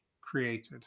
created